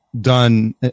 done